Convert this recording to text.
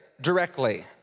directly